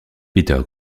peter